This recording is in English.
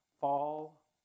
Fall